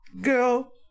girl